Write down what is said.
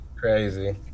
Crazy